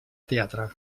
teatre